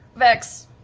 vex.